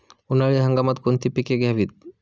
उन्हाळी हंगामात कोणती पिके घ्यावीत?